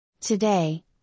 Today